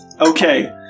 Okay